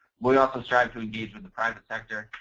we also strive to engage with the private sector,